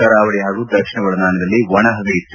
ಕರಾವಳಿ ಹಾಗೂ ದಕ್ಷಿಣ ಒಳನಾಡಿನಲ್ಲಿ ಒಣಹವೆ ಇತ್ತು